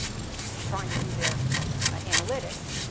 and trying to do their analytics.